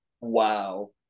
Wow